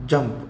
jump